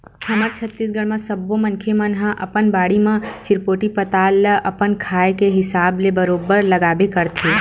हमर छत्तीसगढ़ म सब्बो मनखे मन ह अपन बाड़ी म चिरपोटी पताल ल अपन खाए के हिसाब ले बरोबर लगाबे करथे